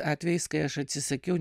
atvejis kai aš atsisakiau